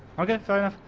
okay fair enough.